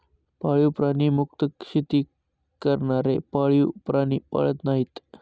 पाळीव प्राणी मुक्त शेती करणारे पाळीव प्राणी पाळत नाहीत